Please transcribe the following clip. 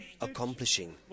accomplishing